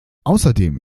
außerdem